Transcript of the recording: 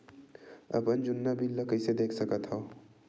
अपन जुन्ना बिल ला कइसे देख सकत हाव?